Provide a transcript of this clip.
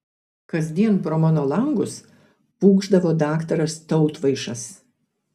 kasdien pro mano langus pūkšdavo daktaras tautvaišas